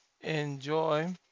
enjoy